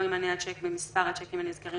לא יימנה השיק במספר השיקים הנזכרים